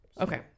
okay